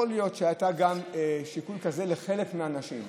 יכול להיות שהיה גם שיקול כזה לחלק מהאנשים.